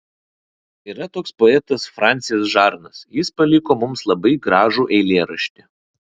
yra toks poetas fransis žarnas jis paliko mums labai gražų eilėraštį